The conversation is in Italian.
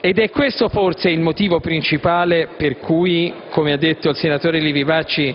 ed è questo forse il motivo principale per cui, come ha spiegato il senatore Livi Bacci,